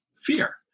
fear